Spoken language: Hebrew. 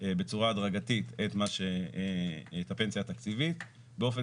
בצורה הדרגתית את הפנסיה התקציבית באופן